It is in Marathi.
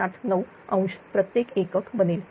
79 ° प्रत्येक एकक बनेल